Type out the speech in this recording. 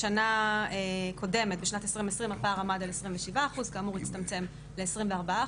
בשנת 2020 הפער עמד על 27%, כאמור, הצטמצם ל-24%.